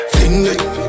Finger